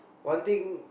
one thing